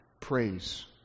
praise